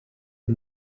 and